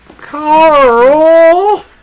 Carl